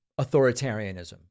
authoritarianism